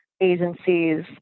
agencies